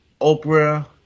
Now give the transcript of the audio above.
Oprah